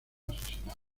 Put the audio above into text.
asesinados